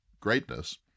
greatness